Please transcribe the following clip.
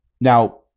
Now